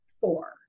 four